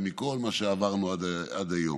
ומכל מה שעברנו עד היום,